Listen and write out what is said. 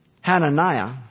Hananiah